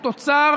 הוא תוצר